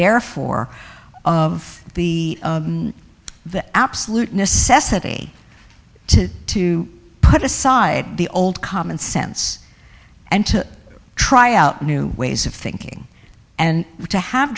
therefore of the absolute necessity to to put aside the old common sense and to try out new ways of thinking and to have